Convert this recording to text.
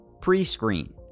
Pre-screen